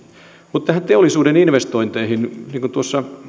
mutta näihin teollisuuden investointeihin liittyen niin kuin tuossa